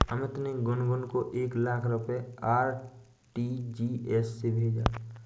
अमित ने गुनगुन को एक लाख रुपए आर.टी.जी.एस से भेजा